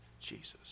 Jesus